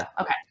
okay